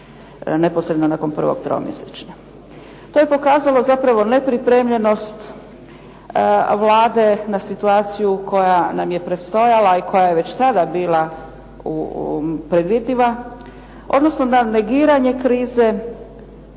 neposrednog nakon prvog tromjesečja. To je pokazalo zapravo nepripremljenost Vlade na situaciju koja nam je predstojala i koja je već tada bila predvidljiva, odnosno na negiranje krize,